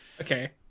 Okay